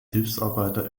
hilfsarbeiter